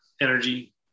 energy